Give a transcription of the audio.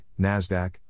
NASDAQ